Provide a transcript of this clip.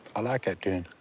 i like that tune.